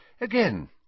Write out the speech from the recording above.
Again